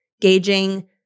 gauging